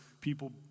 people